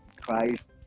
Christ